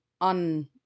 on